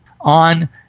on